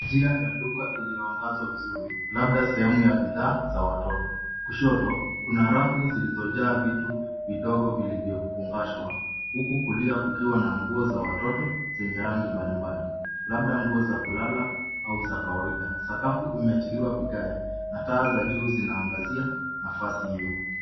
Njia ya duka iliyoangazwa vizuri, labda sehemu ya bidhaa ya watoto. Kushoto, kuna rafu zilizojaa vitu vidogo vilivyofungashwa, huku kulia kukiwa na nguo za watoto zenye rangi mbalimbali, labda nguo za kulala au za kawaida. Sakafu imetiliwa vigae na taa za juu zinaangazia nafasi hiyo.